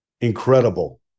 Incredible